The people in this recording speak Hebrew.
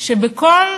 שבכל